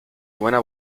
buena